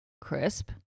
crisp